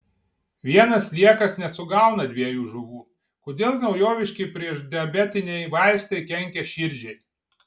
vienas sliekas nesugauna dviejų žuvų kodėl naujoviški priešdiabetiniai vaistai kenkia širdžiai